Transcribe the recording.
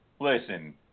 listen